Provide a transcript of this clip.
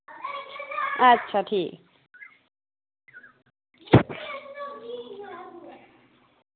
अच्छा ठीक